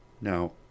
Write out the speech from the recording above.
now